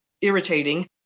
irritating